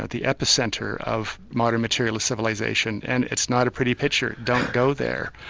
ah the epicentre of modern material civilisation, and it's not a pretty picture. don't go there.